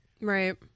Right